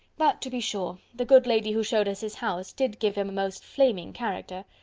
but, to be sure, the good lady who showed us his house did give him a most flaming character!